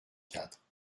quatre